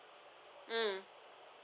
um